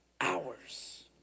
hours